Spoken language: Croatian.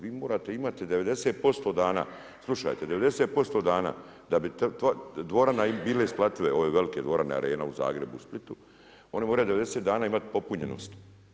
Vi morate imati 90% dana, slušajte, 90% dana da bi dvorane bile isplative, ove velike dvorane Arena u Zagrebu i Splitu, one moraju 90 dana imati popunjenost.